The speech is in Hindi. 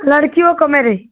लड़कियों को मेरे